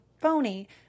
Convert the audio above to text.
phony